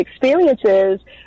experiences